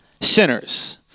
sinners